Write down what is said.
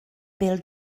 bêl